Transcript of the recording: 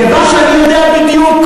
כיוון שאני יודע בדיוק,